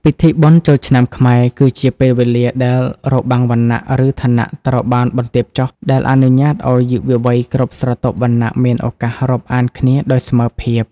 ពិធីបុណ្យចូលឆ្នាំខ្មែរ គឺជាពេលវេលាដែលរបាំងវណ្ណៈ ឬឋានៈត្រូវបានបន្ទាបចុះ ដែលអនុញ្ញាតឱ្យយុវវ័យគ្រប់ស្រទាប់វណ្ណៈមានឱកាសរាប់អានគ្នាដោយស្មើភាព។